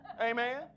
amen